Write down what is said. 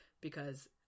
because-